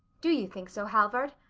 do you think so, halvard?